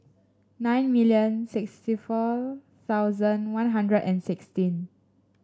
nine million sixty four thousand One Hundred and sixteen